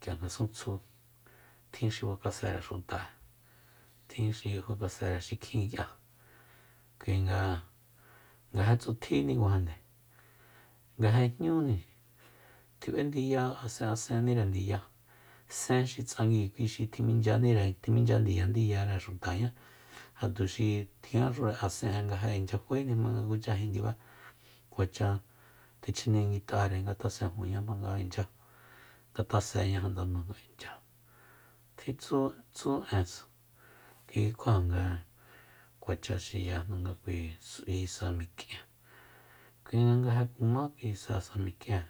k'ia ngasuntsju tjin xi fakasere xuta'e tjin xi fakase xikjin k'ia kuinga nga ja tsutjínikuajande nga ja jñúni tjib'endiya asenaseníre ndiya sen xi tsanguíi kui xi tjiminchyanire tjiminchyandiyandiyare xutañá ja tuxi tjiaxure asen'e ndiya nga ja inchya fa'eni jmanga kucha jindiba kuacha chjeneguit'are nga ngatasenjuña jmanga inchya ngataséña janda jmanga inchya tjitsu tsú ensa kuikjua nga kuacha xiyajnu nga kui s'ui sa mik'ien kuinga nga ja kumá kui sa mik'ien